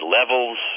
levels